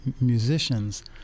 musicians